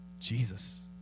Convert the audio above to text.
Jesus